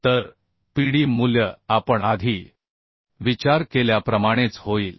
तर Pd मूल्य आपण आधी विचार केल्याप्रमाणेच होईल